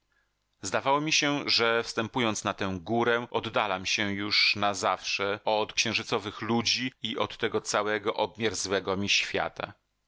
zdawało mi się że wstępując na tę górę oddalam się już na zawsze od księżycowych ludzi i od tego całego obmierzłego mi świata